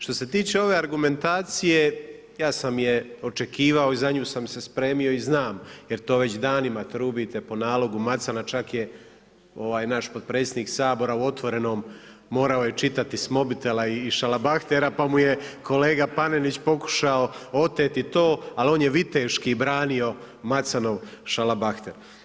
Što se tiče ove argumentacije, ja sam je očekivao i za nju sam se spremio i znam jer to već danima trubite po nalogu Macana, čak je naš potpredsjednik Sabora u Otvorenom, morao je čitati s mobitela i šalabahtera pa mu je kolega Panenić pokušao oteti to, ali on je viteški branio Macanov šalabahter.